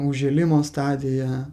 užžėlimo stadiją